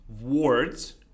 words